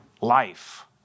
life